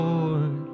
Lord